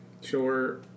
Sure